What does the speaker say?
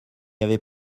avait